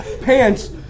Pants